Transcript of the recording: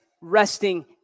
resting